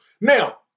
Now